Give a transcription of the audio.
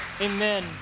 Amen